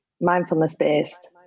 mindfulness-based